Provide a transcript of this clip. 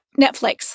Netflix